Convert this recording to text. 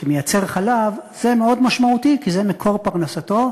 שמייצר חלב, זה מאוד משמעותי כי זה מקור פרנסתו,